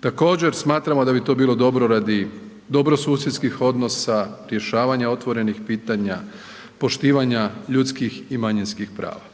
Također smatramo da bi to bilo dobro radi dobrosusjedskih odnosa, rješavanja otvorenih pitanja, poštivanja ljudskih i manjinskih prava.